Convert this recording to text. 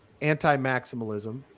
anti-maximalism